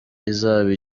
izaba